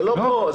זה לא פה.